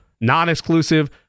Non-exclusive